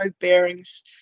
bearings